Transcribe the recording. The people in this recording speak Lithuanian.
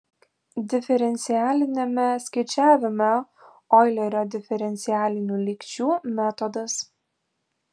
diferencialiniame skaičiavime oilerio diferencialinių lygčių metodas